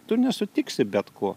tu nesutiksi bet ko